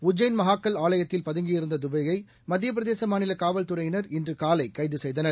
உஜ்ஜைன் மஹாக்கல் மஆலயத்தில் பதுங்கியிருந்ததுபே யைமத்தியப்பிரதேசமாநிலகாவல்துறையினர் இன்றுகாலைகைதுசெய்தனர்